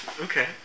Okay